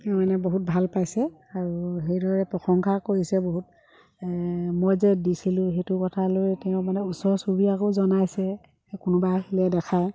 তেওঁ মানে বহুত ভাল পাইছে আৰু সেইদৰে প্ৰশংসা কৰিছে বহুত মই যে দিছিলোঁ সেইটো কথালৈ তেওঁ মানে ওচৰ চুবুৰীয়াকো জনাইছে কোনোবা আহিলে দেখায়